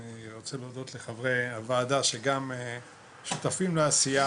אני רוצה להודות לחברי הוועדה שגם שותפים לעשייה